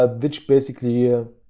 ah which basically ah